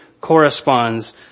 corresponds